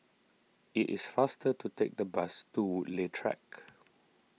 it is faster to take the bus to Woodleigh Track